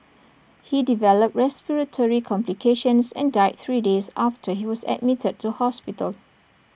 he developed respiratory complications and died three days after he was admitted to hospital